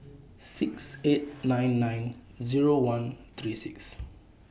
six eight nine nine Zero one three six